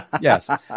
yes